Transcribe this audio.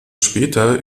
später